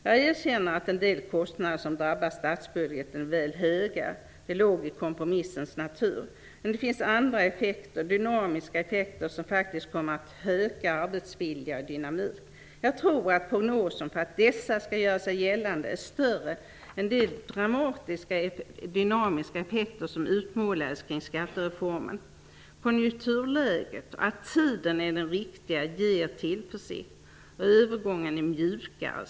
Jag erkänner att en del kostnader som drabbar statsbudgeten är väl höga. Det låg i kompromissens natur. Men det finns andra effekter som faktiskt kommer att öka arbetsviljan och dynamiken. Jag tror att chansen för att dessa effekter skall göra sig gällande är större än för de dramatiska dynamiska effekter som utmålades i samband med skattereformen. Konjunkturläget, att tiden är den riktiga, inger tillförsikt. Övergången blir mjukare.